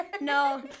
No